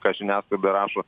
ką žiniasklaida rašo